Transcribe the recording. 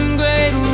great